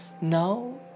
Now